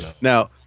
now